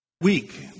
week